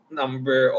number